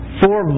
four